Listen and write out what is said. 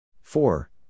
Four